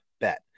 bet